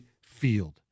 Field